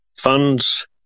funds